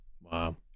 wow